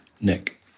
Nick